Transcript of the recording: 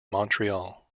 montreal